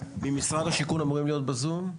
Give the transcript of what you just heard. ממשרד השיכון אמורים להיות ב-זום.